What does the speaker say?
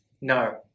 No